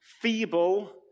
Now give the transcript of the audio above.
feeble